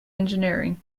engineering